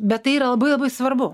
bet tai yra labai labai svarbu